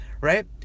right